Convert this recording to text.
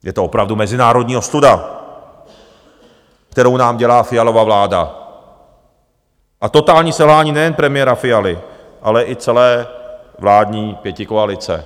Je to opravdu mezinárodní ostuda, kterou nám dělá Fialova vláda, a totální selhání nejen premiéra Fialy, ale i celé vládní pětikoalice.